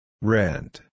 Rent